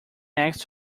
next